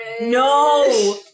No